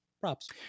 props